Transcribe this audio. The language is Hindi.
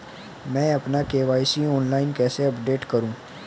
मैं अपना के.वाई.सी ऑनलाइन कैसे अपडेट करूँ?